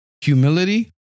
humility